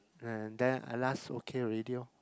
and then at last okay already lor